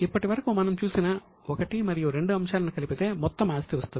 ఇప్పటివరకు మనం చూసిన 1 మరియు 2 అంశాలను కలిపితే మొత్తం ఆస్తి వస్తుంది